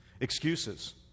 excuses